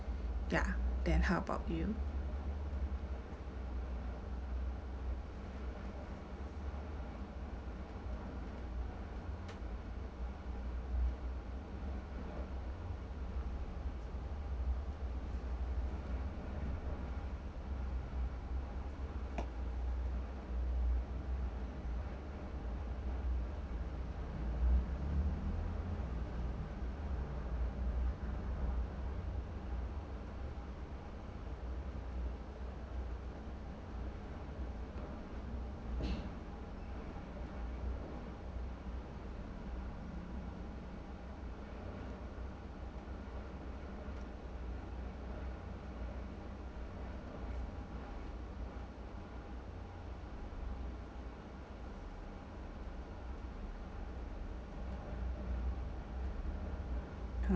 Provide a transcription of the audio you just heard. ya then how about you